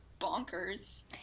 bonkers